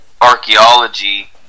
archaeology